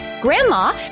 Grandma